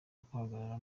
guhagarara